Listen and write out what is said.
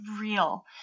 real